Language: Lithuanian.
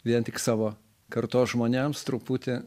vien tik savo kartos žmonėms truputį